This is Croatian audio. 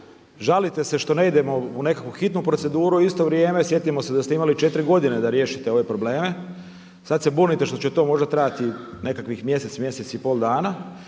žalite se što ne idemo u nekakvu nitnu proceduru, a u isto vrijeme sjetimo se da ste imali 4 godine da riješite ove probleme. Sad se bunite što će to možda trajati nekakvih mjesec, mjesec i pol dana.